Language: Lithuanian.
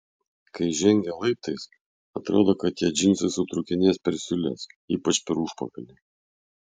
kai žengia laiptais atrodo kad tie džinsai sutrūkinės per siūles ypač per užpakalį